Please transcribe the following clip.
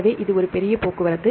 எனவே இது ஒரு பெரிய போக்குவரத்து